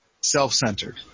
self-centered